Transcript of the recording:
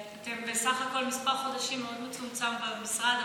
אתם בסך הכול מספר חודשים מאוד מצומצם במשרד,